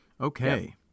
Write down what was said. Okay